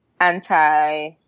Anti